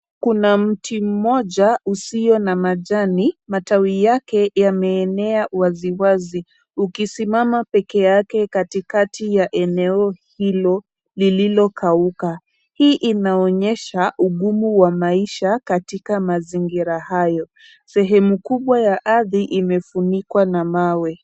Kuna mti mmoja usio na majani, matawi yake yameenea wazi wazi, ukisimama peke yake katikati eneo hilo lililo kauka. Hii inaonyesha ugumu wa maisha katika mazingira hayo. Sehemu kubwa ya ardhi imefunikwa na mawe.